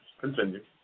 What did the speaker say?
Continue